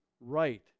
right